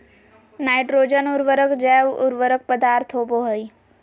nitrogen उर्वरक जैव उर्वरक पदार्थ होबो हइ